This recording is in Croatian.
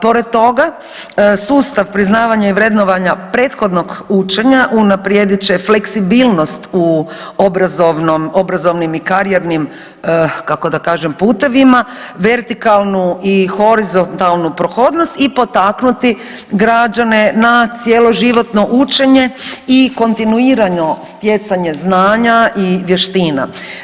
Pored toga, sustav priznavanja i vrednovanja prethodnog učenja unaprijedit će fleksibilnost u obrazovnim i karijernim, kako da kažem, putevima, vertikalnu i horizontalnu prohodnost i potaknuti građane na cjeloživotno učenje i kontinuirano stjecanje znanja i vještina.